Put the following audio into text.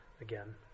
again